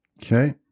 okay